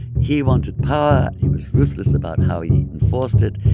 he wanted power. he was ruthless about how he enforced it.